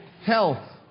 Health